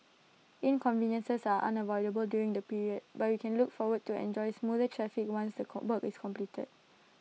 inconveniences are unavoidable during the period but we can look forward to enjoy smoother traffic once the is completed